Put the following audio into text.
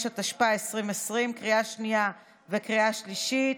55), התשפ"א 2020, לקריאה שנייה וקריאה שלישית.